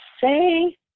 say